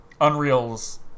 Unreal's